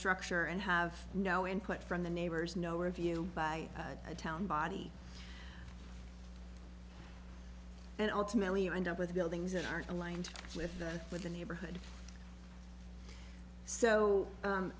structure and have no input from the neighbors no review by a town body and ultimately you end up with buildings that are aligned with the with the neighborhood so